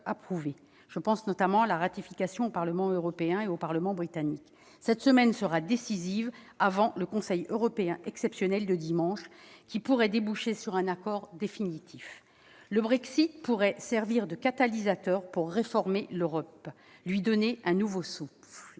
la ratification de celui-ci par le Parlement européen et le Parlement britannique. Cette semaine sera décisive, avant le Conseil européen exceptionnel de dimanche prochain, qui pourrait déboucher sur un accord définitif. Le Brexit pourrait servir de catalyseur pour réformer l'Europe et lui donner un nouveau souffle.